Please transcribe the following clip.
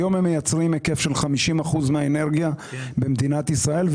שמייצרים היום היקף של 50% מהאנרגיה במדינת ישראל,